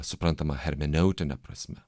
suprantama hermeneutine prasme